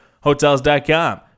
Hotels.com